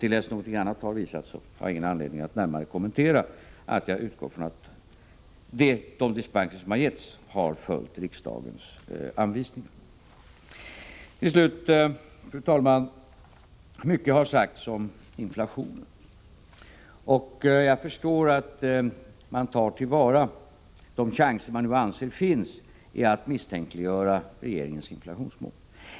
Till dess någonting annat har visat sig har jag ingen anledning att närmare kommentera saken. Till slut, fru talman: Mycket har sagts om inflationen, och jag förstår att oppositionen tar till vara de chanser de nu anser finns att misstänkliggöra regeringens inflationsmål.